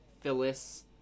Phyllis